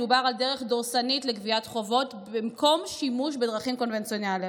מדובר על דרך דורסנית לגביית חובות במקום שימוש בדרכים קונבנציונליות.